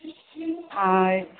ఆయ్